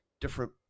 different